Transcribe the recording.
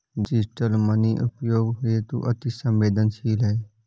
digital money उपयोग हेतु अति सवेंदनशील है